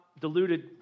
diluted